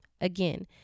Again